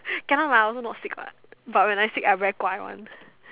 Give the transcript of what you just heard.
cannot lah I also not sick what but when I sick I very guai one